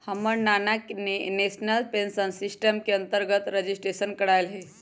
हमर नना ने नेशनल पेंशन सिस्टम के अंतर्गत रजिस्ट्रेशन करायल हइ